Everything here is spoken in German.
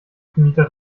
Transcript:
vermieter